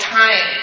time